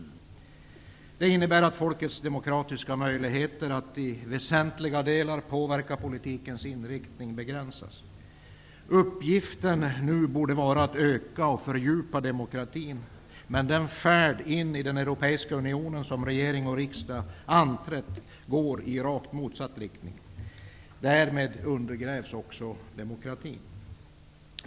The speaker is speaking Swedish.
Det innebär att folkets demokratiska möjligheter att i väsentliga delar påverka politikens inriktning begränsas. Uppgiften nu borde vara att öka och fördjupa demokratin. Men den färd in i den europeiska unionen som regering och riskdagsmajoritet anträtt går i rakt motsatt riktning. Därmed undergrävs också demokratin.